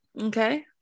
Okay